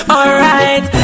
Alright